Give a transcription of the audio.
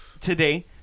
today